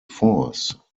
force